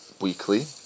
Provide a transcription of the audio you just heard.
weekly